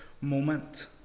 moment